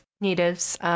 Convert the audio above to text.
natives